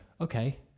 okay